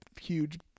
huge